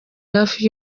hafi